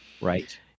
right